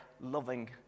loving